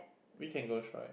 we can go try